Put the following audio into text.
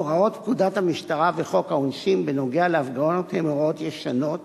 הוראות פקודת המשטרה וחוק העונשין בנוגע להפגנות הן הוראות ישנות